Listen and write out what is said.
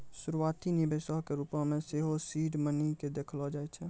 शुरुआती निवेशो के रुपो मे सेहो सीड मनी के देखलो जाय छै